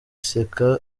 seka